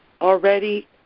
already